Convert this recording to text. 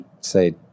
Say